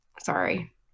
Sorry